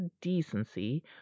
decency